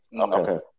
Okay